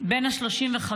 בן ה-35